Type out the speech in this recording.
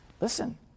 Listen